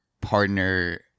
partner